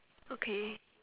okay